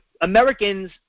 Americans